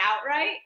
outright